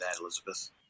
Elizabeth